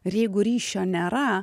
ir jeigu ryšio nėra